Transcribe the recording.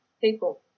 people